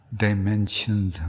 dimensions